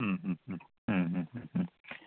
മ്മ് മ്മ് മ്മ് മ മ്മ് മ്മ്